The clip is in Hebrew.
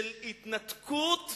של התנתקות,